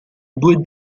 due